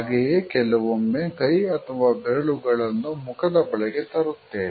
ಹಾಗೆಯೇ ಕೆಲವೊಮ್ಮೆ ಕೈ ಅಥವಾ ಬೆರಳುಗಳನ್ನು ಮುಖದ ಬಳಿಗೆ ತರುತ್ತೇವೆ